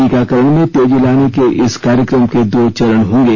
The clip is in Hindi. टीकाकरण में तेजी लाने के इस कार्यक्रम के दो चरण होंगे